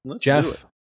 Jeff